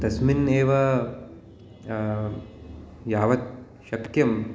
तस्मिन् एव यावत् शक्यम्